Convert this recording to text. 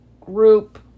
group